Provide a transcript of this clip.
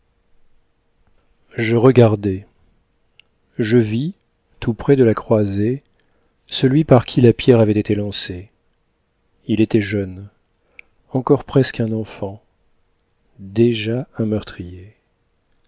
je regardai je vis tout près de la croisée celui par qui la pierre avait été lancée il était jeune encor presque un enfant déjà un meurtrier